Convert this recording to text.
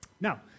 Now